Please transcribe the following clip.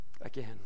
again